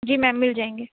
جی ma'am مل جائیں گے